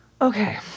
Okay